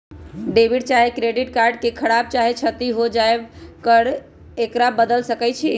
debit चाहे credit card के खराप चाहे क्षति हो जाय पर एकरा बदल सकइ छी